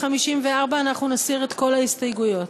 בסעיף 54 אנחנו נסיר את כל ההסתייגויות.